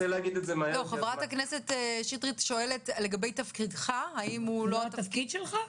--- חברת הכנסת שטרית שואלת האם זה לא התפקיד שלך.